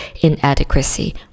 inadequacy